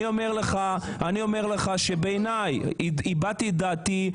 אני אומר לך שהבעתי את דעתי,